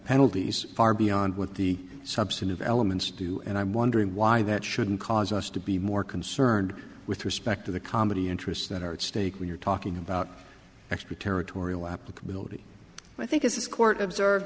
penalties far beyond what the substantive elements do and i'm wondering why that shouldn't cause us to be more concerned with respect to the comedy interests that are at stake we're talking about extraterritorial applicability i think is this court observe